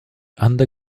under